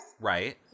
Right